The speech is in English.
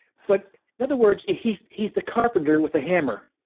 but in other words, he's he's the carpenter with the hammer.